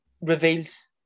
reveals